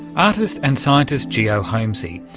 artist and scientist geo homsy,